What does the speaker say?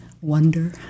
wonder